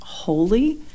Holy